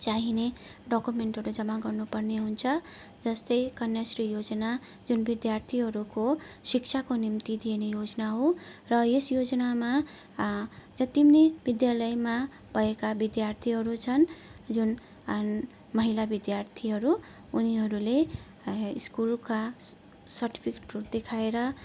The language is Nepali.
चाहिने डकुमेन्टहरू जमा गर्नु पर्ने हुन्छ जस्तै कन्याश्री योजना जुन विद्यार्थीहरूको शिक्षाको निम्ति दिइने योजना हो र यस योजनामा जति पनि विद्यालयमा भएका विद्यार्थीहरू छन् जुन महिला विद्यार्थीहरू उनीहरूले स्कुलका सर्टिफिकेटहरू देखाएर